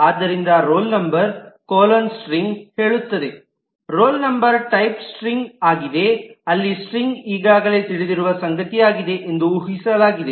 ಆದ್ದರಿಂದ roll number colon string ಹೇಳುತ್ತದೆ roll number type string ಆಗಿದೆ ಅಲ್ಲಿ ಸ್ಟ್ರಿಂಗ್ ಈಗಾಗಲೇ ತಿಳಿದಿರುವ ಸಂಗತಿಯಾಗಿದೆ ಎಂದು ಊಹಿಸಲಾಗಿದೆ